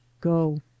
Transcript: GO